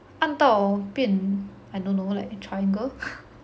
按到变 I don't know like triangle